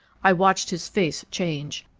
i watched his face change.